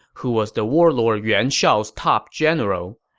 who was the warlord yuan shao's top general.